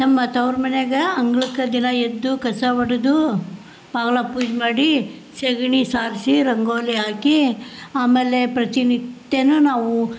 ನಮ್ಮ ತವ್ರು ಮನೆಯಗೆ ಅಂಗ್ಳಕ್ಕೆ ದಿನ ಎದ್ದು ಕಸ ಹೊಡ್ದೂ ಬಾಗ್ಲು ಪೂಜೆ ಮಾಡಿ ಸಗ್ಣಿ ಸಾರಿಸಿ ರಂಗೋಲಿ ಹಾಕಿ ಆಮೇಲೆ ಪ್ರತಿನಿತ್ಯ ನಾವು